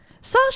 Sasha